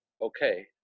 okay